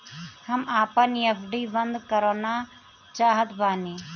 हम आपन एफ.डी बंद करना चाहत बानी